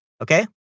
Okay